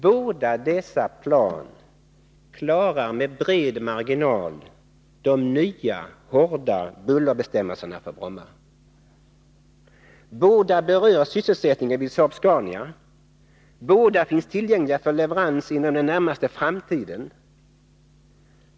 Båda dessa plan klarar med bred marginal de nya hårda bullerbestämmelserna för Bromma. Båda berör sysselsättningen vid Saab-Scania, båda finns tillgängliga för leverans inom den närmaste framtiden.